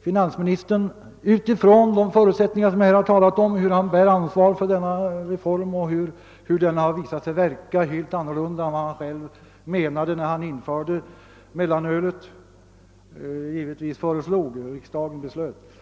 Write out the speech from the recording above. finansministern vidtog åtgärder utifrån de förutsättningar som jag här talat om. Finansministern bär ansvaret för denna reform som har visat sig verka helt annorlunda än finansministern trodde när han införde den fria försäljningen av mellanöl — jag menar givetvis föreslog, riksdagen fattade ju beslutet.